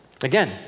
Again